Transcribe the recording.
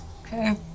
Okay